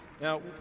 Now